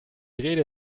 rede